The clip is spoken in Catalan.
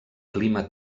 clima